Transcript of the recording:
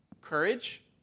Courage